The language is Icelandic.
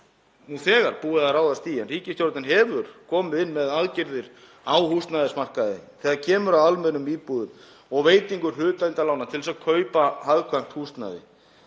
þegar búið að ráðast í, en ríkisstjórnin hefur komið inn með aðgerðir á húsnæðismarkaði þegar kemur að almennum íbúðum og veitingu hlutdeildarlána til að kaupa hagkvæmt húsnæði.